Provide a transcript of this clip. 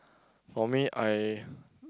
for me I